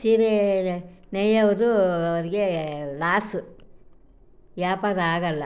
ಸೀರೇ ನೇಯೋವ್ರು ಅವರಿಗೆ ಲಾಸ್ ವ್ಯಾಪಾರ ಆಗೋಲ್ಲ